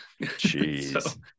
Jeez